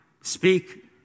speak